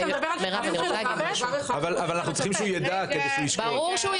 אנחנו צריכים שהוא ידע כדי שהוא ישקול.